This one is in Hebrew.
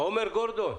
עומר גורדון,